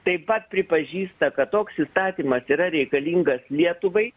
taip pat pripažįsta kad toks įstatymas yra reikalingas lietuvai